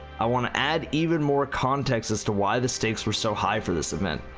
i want to add even more context as to why the stakes were so high for this event.